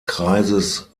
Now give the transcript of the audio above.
kreises